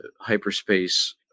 hyperspace